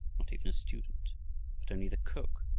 not even a student but only the cook!